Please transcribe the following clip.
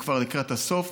הוא כבר לקראת הסוף,